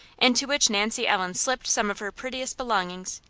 into which nancy ellen slipped some of her prettiest belongings,